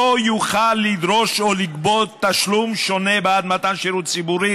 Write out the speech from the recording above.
לא יוכל לדרוש או לגבות תלום תשלום שונה בעד מתן שירות ציבורי